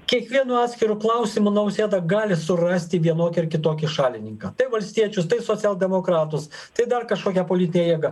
kiekvienu atskiru klausimu nausėda gali surasti vienokį ar kitokį šalininką tai valstiečius tai socialdemokratus tai dar kažkokia politinė jėga